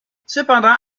cependant